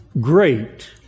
Great